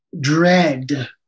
dread